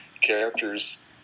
characters